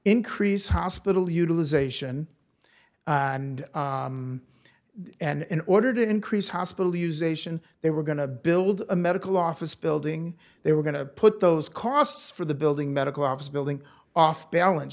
increase hospital utilization and and in order to increase hospital use ation they were going to build a medical office building they were going to put those costs for the building medical office building off balance